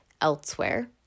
elsewhere